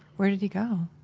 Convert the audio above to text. where did he go?